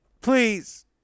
please